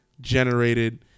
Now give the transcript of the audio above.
generated